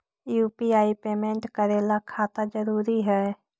UPI payment करे ला खाता जरूरी है?